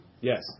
Yes